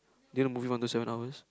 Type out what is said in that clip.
do you know the movie one two seven hours